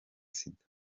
sida